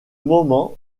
moment